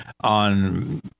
on